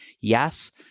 Yes